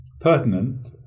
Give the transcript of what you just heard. pertinent